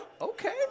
Okay